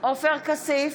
עופר כסיף,